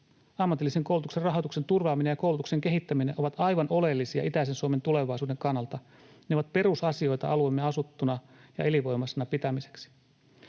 Ammatillisen koulutuksen rahoituksen turvaaminen ja koulutuksen kehittäminen ovat aivan oleellisia itäisen Suomen tulevaisuuden kannalta. Ne ovat perusasioita alueemme asuttuna ja elinvoimaisena pitämiseksi.